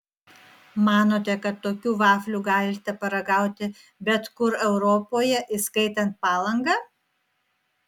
manote kad tokių vaflių galite paragauti bet kur europoje įskaitant palangą